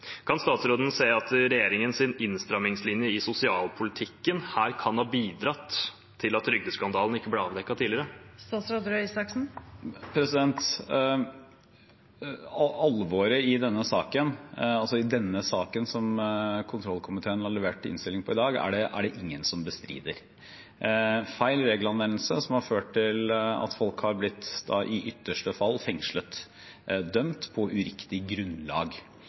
Kan statsråden se at regjeringens innstrammingslinje i sosialpolitikken her kan ha bidratt til at trygdeskandalen ikke ble avdekket tidligere? Alvoret i denne saken, altså i denne saken som kontrollkomiteen har levert innstilling på i dag, er det ingen som bestrider – feil regelanvendelse som har ført til at folk i ytterste fall har blitt fengslet, dømt på uriktig grunnlag.